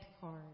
card